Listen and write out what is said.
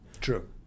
True